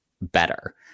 better